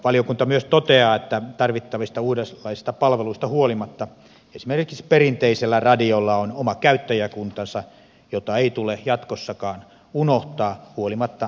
valiokunta myös toteaa että tarvittavista uudenlaisista palveluista huolimatta esimerkiksi perinteisellä radiolla on oma käyttäjäkuntansa jota ei tule jatkossakaan unohtaa huolimatta säästöpaineista